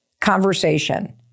conversation